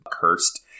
cursed